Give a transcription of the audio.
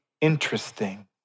interesting